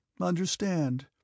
understand